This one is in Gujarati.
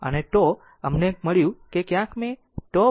અને τ અમને મળ્યું કે ક્યાંક મેં τ 3